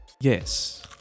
Yes